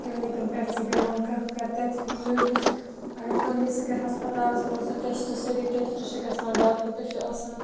کِلنِکَن پٮ۪ٹھ چھُ بیٚہوان کانٛہہ کَرِ تَتہِ یہِ یُس اَگَر کانٛہہ یی سُہ کَرِ ہَسپَتالَس مَنٛز تہٕ ٹٮ۪سٹ سٲری ٹٮ۪سٹ چھِ گژھان ڈاکٹَر تہِ چھُ آسان